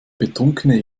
betrunkene